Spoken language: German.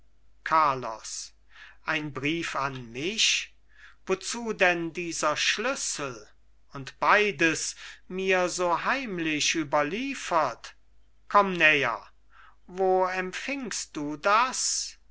carlos ein brief an mich wozu denn dieser schlüssel und beides mir so heimlich überliefert komm näher wo empfingst du das